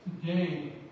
today